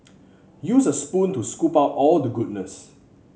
use a spoon to scoop out all the goodness